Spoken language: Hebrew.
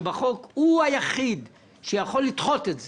שבחוק הוא היחיד שיכול לדחות את זה,